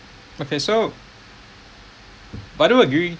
okay so but I do agree